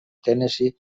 tennessee